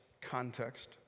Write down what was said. context